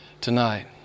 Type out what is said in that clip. tonight